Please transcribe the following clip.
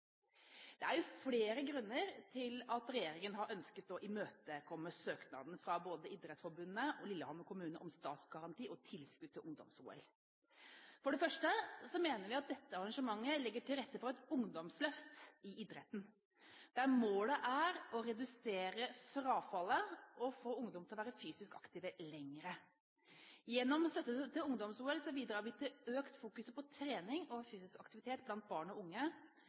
Det er flere grunner til at regjeringen har ønsket å imøtekomme søknaden fra både Idrettsforbundet og Lillehammer kommune om statsgaranti og tilskudd til ungdoms-OL. For det første mener vi at dette arrangementet legger til rette for et ungdomsløft i idretten, der målet er å redusere frafallet og å få ungdom til å være fysisk aktive lenger. Gjennom støtte til ungdoms-OL bidrar vi til økt fokusering på trening og fysisk aktivitet blant barn og unge